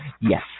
Yes